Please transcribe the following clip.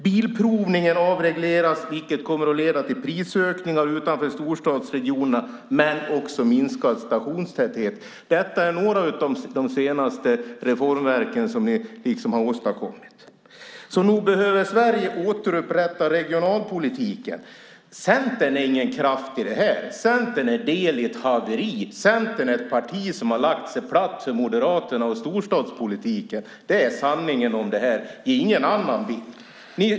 Bilprovningen avregleras, vilket kommer att leda till prisökningar utanför storstadsregionerna och också till minskad stationstäthet. Det här är några av de senaste reformverken som ni har åstadkommit, så nog behöver Sverige återupprätta regionalpolitiken. Centern är ingen kraft i sammanhanget. Centern är del i ett haveri. Centern är ett parti som har lagt sig platt för Moderaterna och storstadspolitiken. Det är sanningen om det här som ingen annan vill!